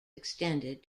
extended